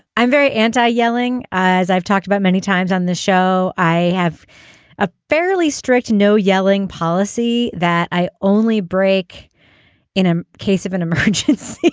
i'm very anti yelling as i've talked about many times on this show. i have a fairly strict no yelling policy that i only break in a case of an emergency